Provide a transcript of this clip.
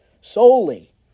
solely